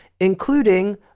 including